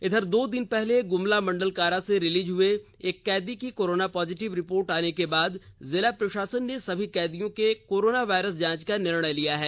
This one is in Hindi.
इधर दो दिन पहले गुमला मंडल कारा से रिलीज हुए एक कैदी की करोना पॉजिटिव रिपोर्ट आने के बाद जिला प्रशासन ने सभी कैदियों के कोरोना वायरस जांच का निर्णय लिया है